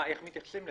איך מתייחסים לזה?